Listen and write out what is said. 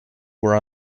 were